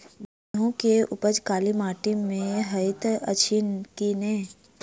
गेंहूँ केँ उपज काली माटि मे हएत अछि की नै?